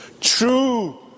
true